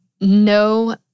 no